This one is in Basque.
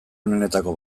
onenetako